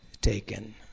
taken